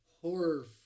horror